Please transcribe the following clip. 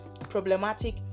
Problematic